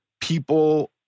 people